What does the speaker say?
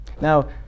Now